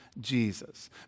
Jesus